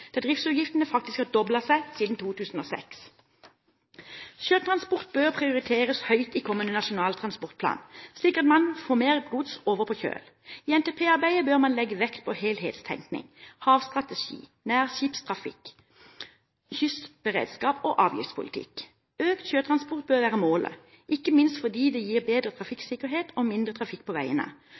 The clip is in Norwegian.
der driftsutgiftene faktisk er doblet siden 2006. Sjøtransport bør prioriteres høyt i kommende Nasjonal transportplan, slik at man får mer gods over på kjøl. I NTP-arbeidet bør man legge vekt på helhetstenkning, havnestrategi, nærskipstrafikk, kystberedskap og avgiftspolitikk. Økt sjøtransport bør være målet, ikke minst fordi det gir bedre trafikksikkerhet og mindre trafikk på veiene.